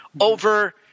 over